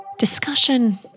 Discussion